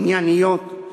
ענייניות,